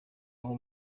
aho